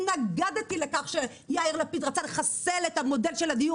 התנגדתי לכך שיאיר לפיד רצה לחסל את המודל של הדיור